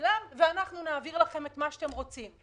בשבילם ואנחנו נעביר לכם את מה שאתם רוצים.